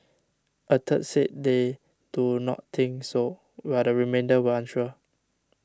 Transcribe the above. a third said they do not think so while the remainder were unsure